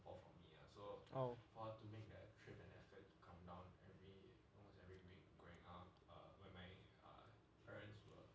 oh